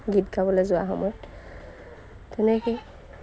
গীত গাবলৈ যোৱা সময়ত তেনেকৈয়ে